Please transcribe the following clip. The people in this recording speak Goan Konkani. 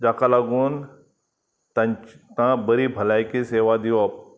जाका लागून तांकां बरी भलायकी सेवा दिवप